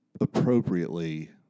appropriately